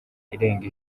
irenga